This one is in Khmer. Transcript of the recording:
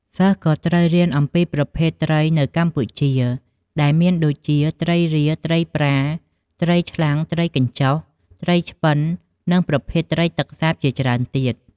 សិស្សក៏ត្រូវរៀនអំពីប្រភេទត្រីនៅកម្ពុជា ដែលមានដូចជា ត្រីរៀល ត្រីប្រា ត្រីឆ្លាំង ត្រីកញ្ជុះ ត្រីឆ្ពិន និងប្រភេទត្រីទឹកសាបជាច្រើនទៀត។